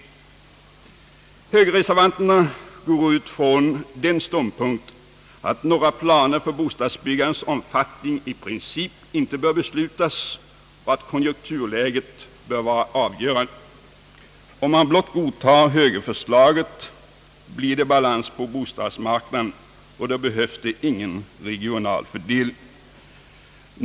Högerreservanterna går ut från den ståndpunkten, att några planer för bostadsbyggandets omfattning i princip inte bör beslutas och att konjunkturläget bör vara avgörande. Om man blott godtar högerförslaget, blir det balans på bostadsmarknaden, och då behövs det ingen regional fördelning.